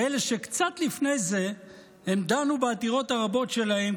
כאלה שקצת לפני זה הם דנו בעתירות הרבות שלהם.